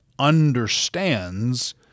understands